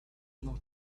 not